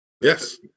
Yes